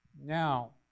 Now